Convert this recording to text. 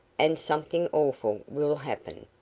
and something awful will happen,